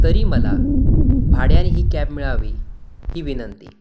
तरी मला भाड्याने ही कॅब मिळावी ही विनंती